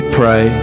pray